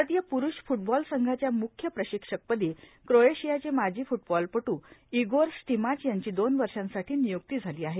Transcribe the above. भारतीय प्रूष फुटबॉल संघाच्या मुख्य प्रशिक्षक पदी क्रोएशियाचे माजी फुटबॉलपट् इगोर स्टिमाच यांची दोन वर्षांसाठी नियुक्ती झाली आहे